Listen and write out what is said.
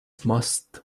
must